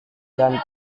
dan